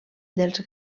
dels